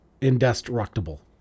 indestructible